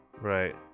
Right